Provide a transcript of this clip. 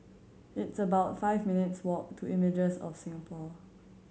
it's about five minutes' walk to Images of Singapore